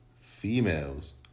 Females